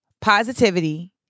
positivity